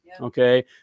Okay